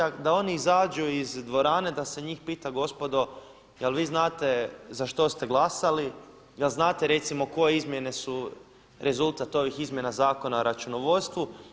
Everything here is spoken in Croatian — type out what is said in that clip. A da oni izađu iz dvorane, da se njih pita gospodo jel' vi znate za što ste glasali, da znate recimo koje izmjene su rezultat ovih izmjena Zakona o računovodstvu.